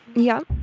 yeah?